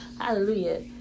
Hallelujah